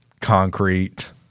concrete